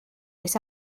oes